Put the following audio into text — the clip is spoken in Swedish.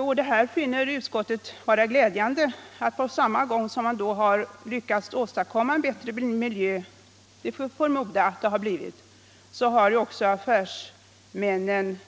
Utskottet finner det glädjande att på samma gång som man har lyckats åstadkomma en bättre miljö — vilket vi får förmoda att det har blivit — har affärsmännen